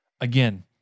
Again